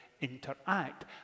interact